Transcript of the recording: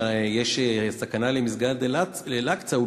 שיש סכנה למסגד אל-אקצא,